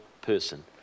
person